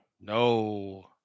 No